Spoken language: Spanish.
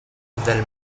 del